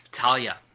Talia